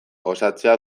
osatzea